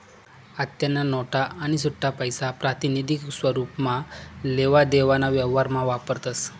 आत्तेन्या नोटा आणि सुट्टापैसा प्रातिनिधिक स्वरुपमा लेवा देवाना व्यवहारमा वापरतस